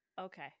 Okay